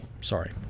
Sorry